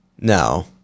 no